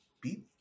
beat